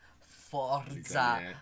Forza